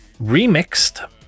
Remixed